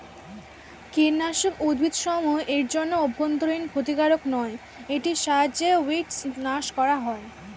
কীটনাশক উদ্ভিদসমূহ এর জন্য অভ্যন্তরীন ক্ষতিকারক নয় এটির সাহায্যে উইড্স নাস করা হয়